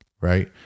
Right